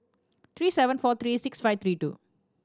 three seven four three six five three two